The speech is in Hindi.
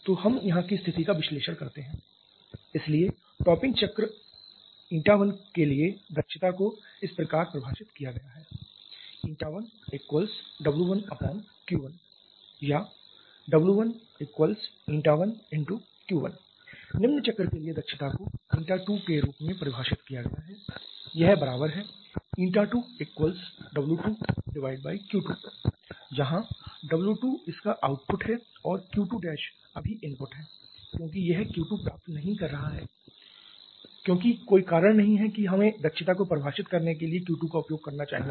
तो हम यहां की स्थिति का विश्लेषण करते हैं इसलिए टॉपिंग चक्र η1 के लिए दक्षता को इस प्रकार परिभाषित किया गया है 1W1Q1 or W11Q1 निम्न चक्र के लिए दक्षता को η2 के रूप में परिभाषित किया गया है यह बराबर है 1W2Q2 जहां W2 इसका आउटपुट है और Q2 अभी इनपुट है क्योंकि यह Q2 प्राप्त नहीं कर रहा है क्योंकि कोई कारण नहीं है कि हमें दक्षता को परिभाषित करने के लिए Q2 का उपयोग करना चाहिए